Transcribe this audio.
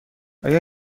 آیا